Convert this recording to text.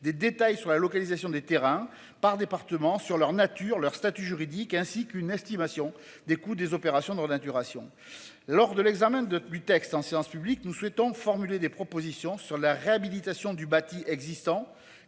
Des détails sur la localisation des terrains par département sur leur nature leur statut juridique ainsi qu'une estimation des coûts des opérations de renaturation lors de l'examen de du texte en séance publique nous souhaitons formuler des propositions sur la réhabilitation du bâti existant